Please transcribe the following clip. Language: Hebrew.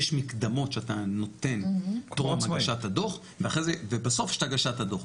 יש מקדמות שאתה נותן טרום הגשת הדוח ובסוף יש את הגשת הדוח.